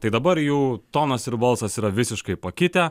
tai dabar jų tonas ir balsas yra visiškai pakitę